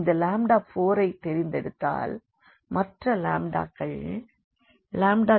இந்த 4ஐத் தேர்ந்தெடுத்தால் மற்ற க்கள் 3